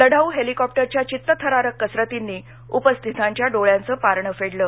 लढाऊ हेलिकॉप्टरच्या वित्तथरारक कसरतींनी उपस्थितांच्या डोळ्याच पारण फेडलं